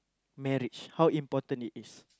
marriage how important it is